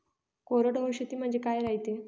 कोरडवाहू शेती म्हनजे का रायते?